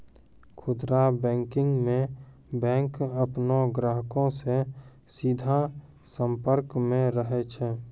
खुदरा बैंकिंग मे बैंक अपनो ग्राहको से सीधा संपर्क मे रहै छै